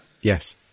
Yes